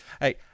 Hey